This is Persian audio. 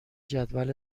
جدول